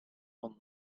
van